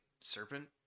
Serpent